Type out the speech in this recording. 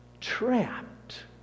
trapped